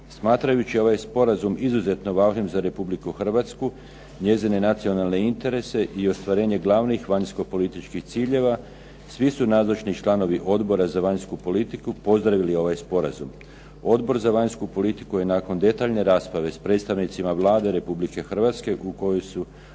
Smatrajući ovaj sporazum izuzetno važnim za Republiku Hrvatsku, njezine nacionalne interese i ostvarenje glavnih vanjskopolitičkih ciljeva svi su nazočni članovi Odbora za vanjsku politiku pozdravili ovaj sporazum. Odbor za vanjsku politiku je nakon detaljne rasprave s predstavnicima Vlade Republike Hrvatske, u kojoj su